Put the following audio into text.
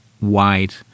wide